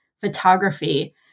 photography